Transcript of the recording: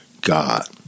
God